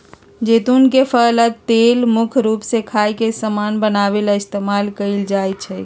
जैतुन के फल आ तेल मुख्य रूप से खाए के समान बनावे ला इस्तेमाल कएल जाई छई